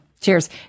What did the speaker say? Cheers